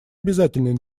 обязательный